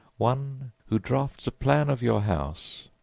one who drafts a plan of your house,